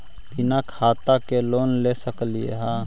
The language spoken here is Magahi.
बिना खाता के लोन ले सकली हे?